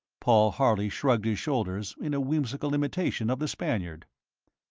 paul harley shrugged his shoulders in a whimsical imitation of the spaniard.